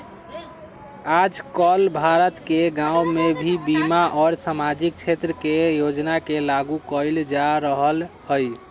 आजकल भारत के गांव में भी बीमा और सामाजिक क्षेत्र के योजना के लागू कइल जा रहल हई